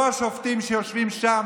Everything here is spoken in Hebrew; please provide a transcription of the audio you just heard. אבל לא צריכים את הסיוע שלהם,